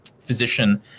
physician